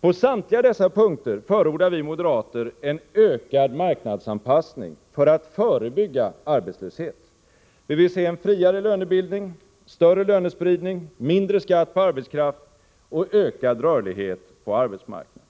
På samtliga dessa punkter förordar vi moderater en ökad marknadsanpassning för att förebygga arbetslöshet. Vi vill se en friare lönebildning, större lönespridning, mindre skatt på arbetskraft och ökad rörlighet på arbetsmarknaden.